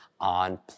on